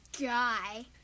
guy